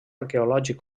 arqueològic